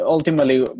Ultimately